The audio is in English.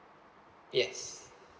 yes